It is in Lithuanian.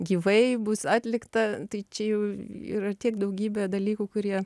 gyvai bus atlikta tai čia jau yra tiek daugybė dalykų kurie